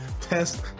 test